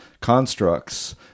constructs